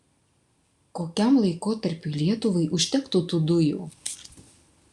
kokiam laikotarpiui lietuvai užtektų tų dujų